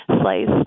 slice